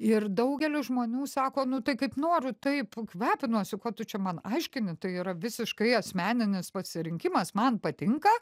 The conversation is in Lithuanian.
ir daugeliu žmonių sako nu tai kaip noriu taip kvepinuosi kuo tu čia man aiškini tai yra visiškai asmeninis pasirinkimas man patinka